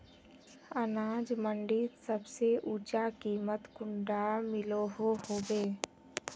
अनाज मंडीत सबसे ऊँचा कीमत कुंडा मिलोहो होबे?